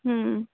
હં